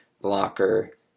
blocker